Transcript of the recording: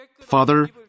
Father